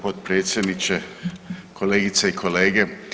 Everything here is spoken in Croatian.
potpredsjedniče, kolegice i kolege.